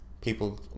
people